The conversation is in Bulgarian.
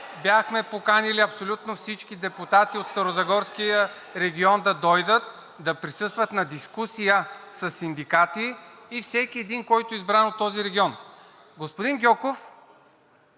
Бяхме поканили абсолютно всички депутати от Старозагорския регион да дойдат, да присъстват на дискусия със синдикати – всеки един, който е избран от този регион. Господин Гьоков